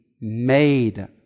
made